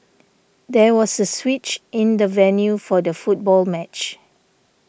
there was a switch in the venue for the football match